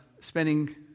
spending